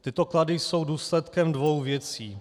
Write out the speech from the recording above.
Tyto klady jsou důsledkem dvou věcí.